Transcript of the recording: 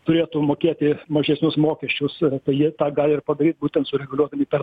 turėtų mokėti mažesnius mokesčius tai jie tą galt ir padaryt būtent sureguliuodami per